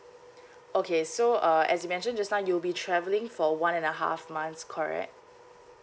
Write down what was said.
okay so uh as you mentioned just now you'll be travelling for one and a half months correct